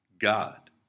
God